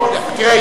תראה,